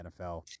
NFL